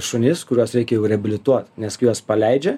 šunis kuriuos reikia jau reabilituot nes kai juos paleidžia